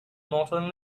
modern